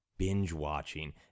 binge-watching